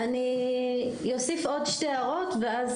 אני אוסיף עוד שתי הערות ואז